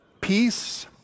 peace